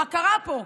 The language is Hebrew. מה קרה פה?